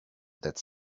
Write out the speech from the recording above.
that